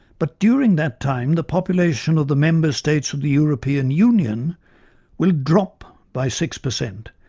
but during that time the population of the member states of the european union will drop by six percent,